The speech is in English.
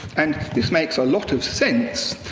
and this makes a lot of sense,